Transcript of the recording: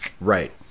Right